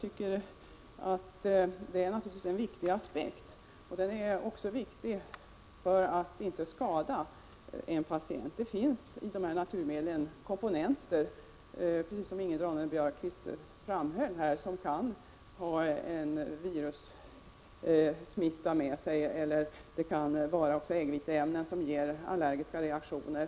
Humanitära skäl är naturligtvis en viktig aspekt — också när det gäller att inte skada en patient. I dessa naturmedel finns — som Ingrid Ronne Björkqvist här framhöll — komponenter som kan bära på virussmitta eller innehålla äggviteämnen som ger allergiska reaktioner.